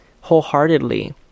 wholeheartedly